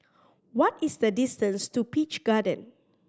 what is the distance to Peach Garden